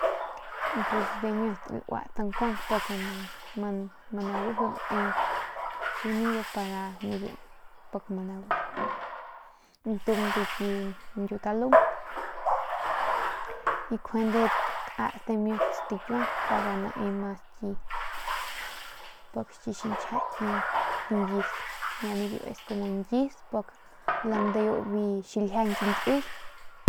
Y pues dimiut lauat nda nkuang pik ma naguiju ne su nida para biu pik ma naguiju por ntung biu ki ñkiutalump ynjuande tat dimiut stikiuang para nae mas pik ki xiñchja ki ñkius y ya nibiu es kumu ñkius pik landeu biu ki xiljiañ ñkiy.